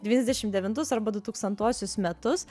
devyniasdešimt devintus arba du tūkstantuosius metus